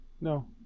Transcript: No